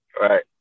right